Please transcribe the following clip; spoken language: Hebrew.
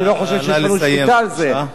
אני לא חושב שיש לנו שליטה על זה,